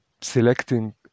selecting